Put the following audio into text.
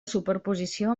superposició